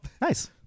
nice